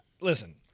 listen